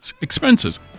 Expenses